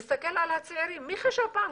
יש להסתכל על הצעירים, מי חשב פעם?